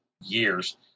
years